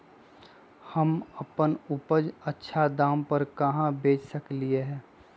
हम अपन उपज अच्छा दाम पर कहाँ बेच सकीले ह?